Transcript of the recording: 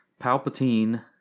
Palpatine